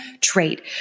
trait